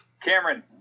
Cameron